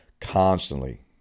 constantly